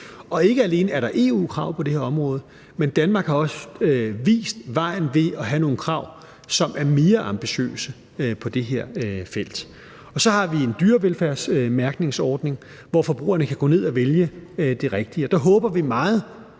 Og ikke alene er der EU-krav på det her område, men Danmark har også vist vejen ved at have nogle krav, som er mere ambitiøse på det her felt. Så har vi en dyrevelfærdsmærkningsordning, så forbrugerne kan gå ned og vælge det rigtige.